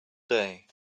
day